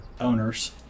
owners